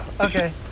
okay